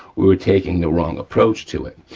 we were taking the wrong approach to it.